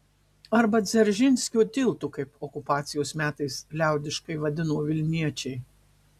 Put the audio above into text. arba dzeržinskio tiltu kaip okupacijos metais liaudiškai vadino vilniečiai